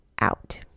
out